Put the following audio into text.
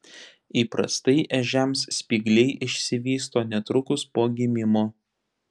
įprastai ežiams spygliai išsivysto netrukus po gimimo